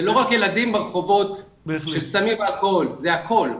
אלה לא רק ילדים ברחובות עם סמים ואלכוהול אלא זה הכול.